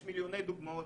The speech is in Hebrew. יש מיליוני דוגמאות.